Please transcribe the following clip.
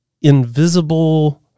invisible